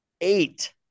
Eight